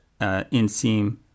inseam